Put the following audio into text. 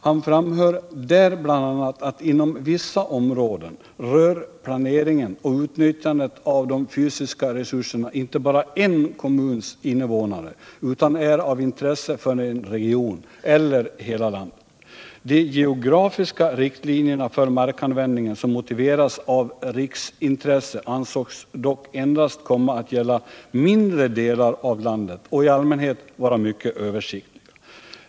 Han framhöll där bl.a. att inom vissa områden rör planeringen och utnyttjandet av de fysiska resurserna inte bara er kommuns invånare utan är av intresse för en region eller hela landet. De geografiska riktlinjerna för markanvändningen som motiveras av riksintresse ansågs dock endast komma att gälla mindre delar av landet och i allmänhet vara mycket översiktliga.